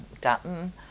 Dutton